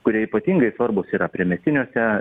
kurie ypatingai svarbūs yra priemiestiniuose